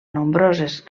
nombroses